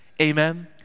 Amen